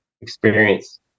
experience